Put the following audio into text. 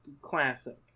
classic